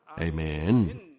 Amen